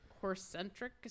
horse-centric